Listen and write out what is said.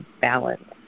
balance